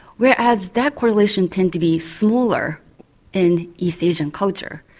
whereas that correlation tends to be smaller in east asia culture.